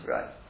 Right